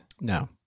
No